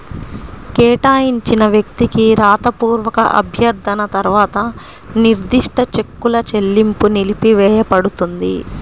కేటాయించిన వ్యక్తికి రాతపూర్వక అభ్యర్థన తర్వాత నిర్దిష్ట చెక్కుల చెల్లింపు నిలిపివేయపడుతుంది